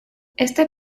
este